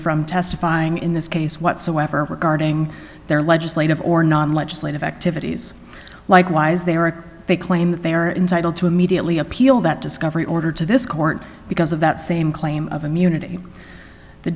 from testifying in this case whatsoever regarding their legislative or non legislative activities likewise they are they claim that they are entitle to immediately appeal that discovery order to this court because of that same claim of immunity the